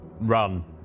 Run